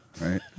Right